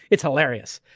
it's hilarious,